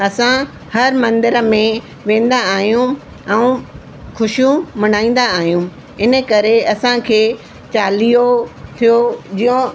असां हर मंदर में वेंदा आहियूं ऐं ख़ुशियूं मनाईंदा आहियूं इन करे असांखे चालीहो थियो ज्यों